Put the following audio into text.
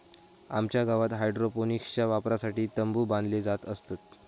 आमच्या गावात हायड्रोपोनिक्सच्या वापरासाठी तंबु बांधले जात असत